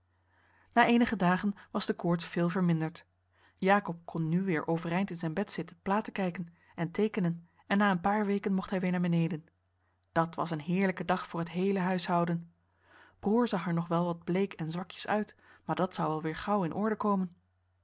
na eenige dagen was de koorts veel verminderd jacob kon nu weer overeind in zijn bed zitten platen kijken en teekenen en na een paar weken mocht hij weer naar beneden dat was een heerlijke dag voor het heele huishouden broer zag er nog wel wat bleek en zwakjes uit maar dat zou wel weer gauw in orde komen